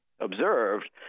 observed